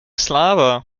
sláva